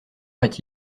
heure